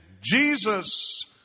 Jesus